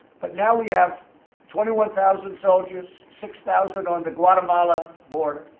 but now we have twenty one thousand soldiers six thousand on the guatemala border,